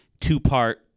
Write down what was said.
two-part